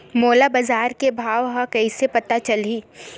मोला बजार के भाव ह कइसे पता चलही?